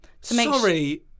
Sorry